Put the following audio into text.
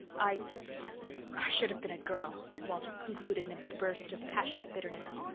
i i should have been a girl, walter concluded in a burst of passionate bitterness.